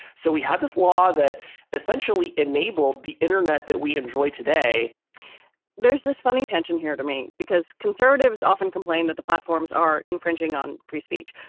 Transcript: so we had this law that essentially enabled the internet that we enjoy today there's this funny tension here to me because conservatives often complain that the platforms are infringing on free speech.